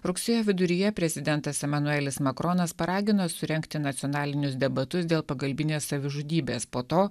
rugsėjo viduryje prezidentas emanuelis makronas paragino surengti nacionalinius debatus dėl pagalbinės savižudybės po to